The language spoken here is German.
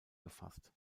gefasst